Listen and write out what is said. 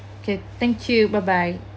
okay thank you bye bye